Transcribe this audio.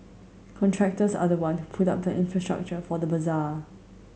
contractors are the one who put up the infrastructure for the bazaar